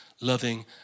loving